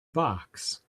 box